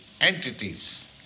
entities